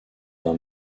d’un